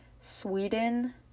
Sweden